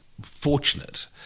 fortunate